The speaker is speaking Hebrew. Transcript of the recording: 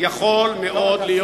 יכול מאוד להיות